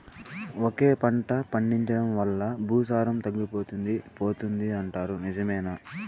ఒకే పంట పండించడం వల్ల భూసారం తగ్గిపోతుంది పోతుంది అంటారు నిజమేనా